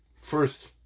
first